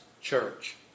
Church